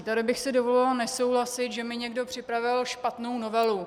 Tady bych si dovolila nesouhlasit, že mi někdo připravil špatnou novelu.